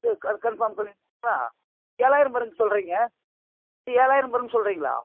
கன் confirm பண்ணுறீங்களா ஏழாயிரம் வரும் சொல்கிறீங்க ஏழாயிரம் வரும் சொல்கிறீங்களா